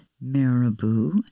marabou